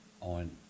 on